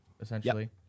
essentially